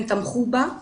הם תמכו בה,